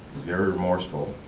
very remorseful,